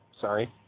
sorry